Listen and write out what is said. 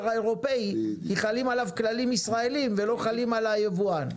האירופאי כי חלים עליו כללים ישראלים ולא חלים על היבואן.